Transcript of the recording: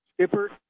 Skipper